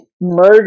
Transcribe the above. murder